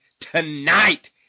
tonight